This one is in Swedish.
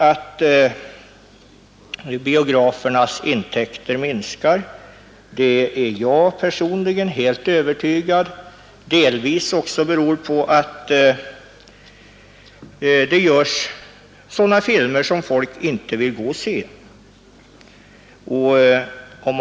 Att biografernas intäkter har minskat är jag personligen helt övertygad om beror på att det numera görs sådana filmer att folk inte vill gå och se dem.